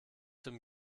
dem